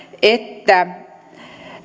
että